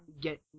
get